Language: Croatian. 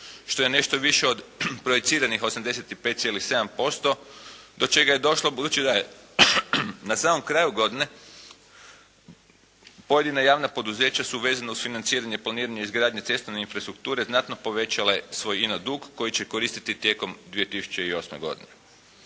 što je nešto više od projeciranih 85,7% do čega je došlo budući da je na samom kraju godine pojedina javna poduzeća su vezana uz financiranje i planiranje cestovne infrastrukture znatno povećale svoj ino dug koji će koristiti tijekom 2008. godine.